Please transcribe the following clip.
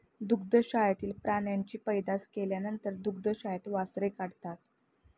दुग्धशाळेतील प्राण्यांची पैदास केल्यानंतर दुग्धशाळेत वासरे वाढतात